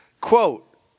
Quote